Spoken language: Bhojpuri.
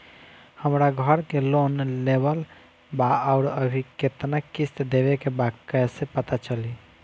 हमरा घर के लोन लेवल बा आउर अभी केतना किश्त देवे के बा कैसे पता चली?